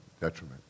detriment